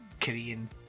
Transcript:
Korean